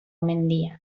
mendia